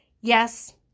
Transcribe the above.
Yes